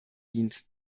dient